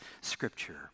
scripture